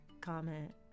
comment